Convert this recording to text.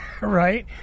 right